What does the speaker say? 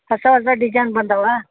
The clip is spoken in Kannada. ಹೊಸ ಹೊಸ ಡಿಸೈನ್ ಬಂದವೆ